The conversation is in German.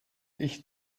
ich